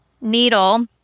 needle